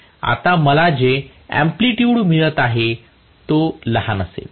मला जे अँप्लिटयूड मिळत आहे तो लहान लहान असेल